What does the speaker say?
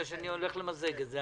אני הולך למזג את זה,